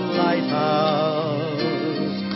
lighthouse